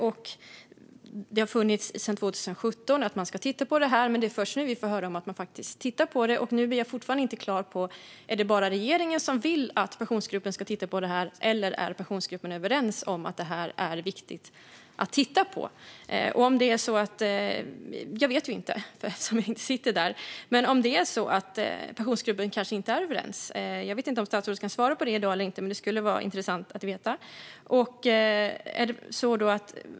Sedan 2017 har det funnits med att man ska titta på det här, men det är först nu vi får höra att man faktiskt tittar på det. Nu blir jag fortfarande inte klar över om det bara är regeringen som vill att Pensionsgruppen ska titta på det här eller om Pensionsgruppen är överens om att det är viktigt att titta på. Det kanske är så att Pensionsgruppen inte är överens. Jag vet inte, eftersom jag inte sitter där. Jag vet inte om statsrådet kan svara på det i dag eller inte, men det skulle vara intressant att veta.